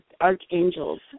archangels